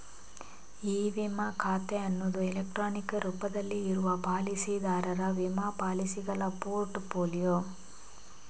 E ವಿಮಾ ಖಾತೆ ಅನ್ನುದು ಎಲೆಕ್ಟ್ರಾನಿಕ್ ರೂಪದಲ್ಲಿ ಇರುವ ಪಾಲಿಸಿದಾರರ ವಿಮಾ ಪಾಲಿಸಿಗಳ ಪೋರ್ಟ್ ಫೋಲಿಯೊ